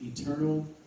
eternal